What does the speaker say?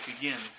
begins